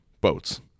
Boats